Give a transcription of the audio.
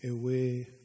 away